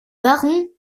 barons